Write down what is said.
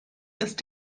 ist